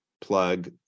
plug